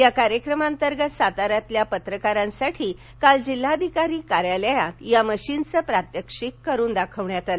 या कार्यक्रमातर्गत साताऱ्यातील पत्रकारांसाठी काल जिल्हाधिकारी कार्यालयात या मशीनचं प्रात्यक्षिक करून दाखवण्यात आलं